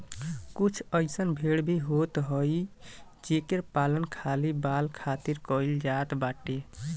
कुछ अइसन भेड़ भी होत हई जेकर पालन खाली बाल खातिर कईल जात बाटे